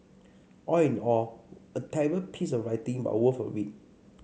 all in all a terrible piece of writing but worth a read